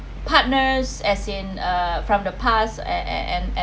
partners as in uh from the past and and and